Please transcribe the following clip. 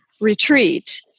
retreat